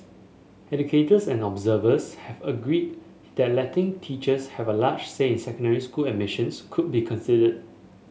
educators and observers have agreed that letting teachers have a larger say in secondary school admissions could be considered